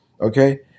Okay